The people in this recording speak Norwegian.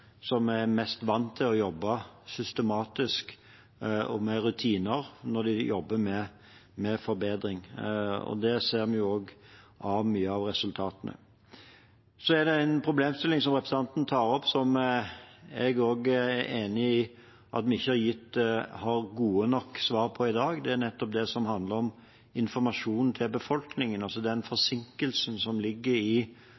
jobber med forbedring. Det ser vi også av mange av resultatene. Så er det en problemstilling som representanten tar opp som jeg er enig i at vi ikke har gode nok svar på i dag. Det er det som handler om informasjon til befolkningen, den forsinkelsen som ligger i